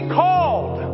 called